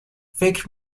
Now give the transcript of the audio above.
فکر